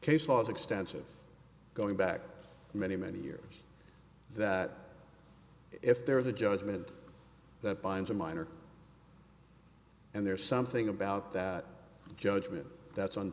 case law is extensive going back many many years that if there is a judgment that binds a minor and there's something about that judgment that's on